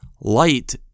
light